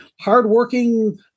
hardworking